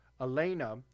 Elena